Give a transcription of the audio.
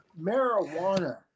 marijuana